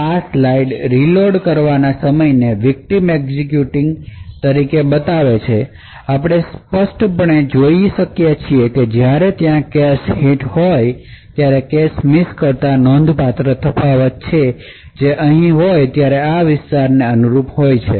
આ slide reload કરવાના સમયને વિક્તિમ એક્ઝેક્યુટિંગ તરીકે બતાવે છે આપણે સ્પષ્ટપણે જોઈ શકીએ છીએ કે જ્યારે ત્યાં કેશ હિટ હોય ત્યારે કેશ મિસ કરતાં નોંધપાત્ર તફાવત હોય છે જે અહીં હોય ત્યારે આ વિસ્તારોને અનુરૂપ હોય છે